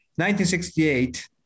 1968